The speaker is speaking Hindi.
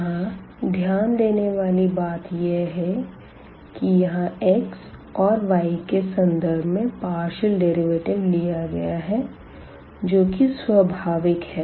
यहाँ ध्यान देने वाली बात यह है की यहाँ x और y के संदर्भ में पार्शियल डेरिवेटिव लिया गया है जो कि स्वाभाविक है